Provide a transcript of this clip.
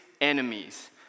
enemies